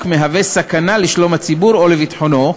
מהווה סכנה לשלום הציבור או לביטחונו,